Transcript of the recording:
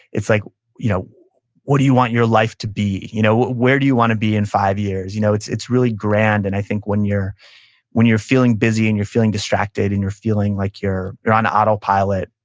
like you know what do you want your life to be? you know where do you want to be in five years? you know it's it's really grand, and i think when you're when you're feeling busy, and you're feeling distracted, and you're feeling like you're you're on autopilot,